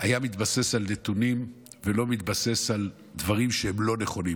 היה מתבסס על נתונים ולא מתבסס על דברים שהם לא נכונים.